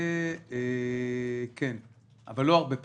כן, אבל לא הרבה פחות.